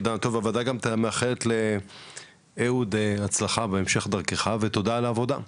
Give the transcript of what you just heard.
הוועדה מאחלת לאהוד הצלחה בהמשך דרכך ותודה על העבודה.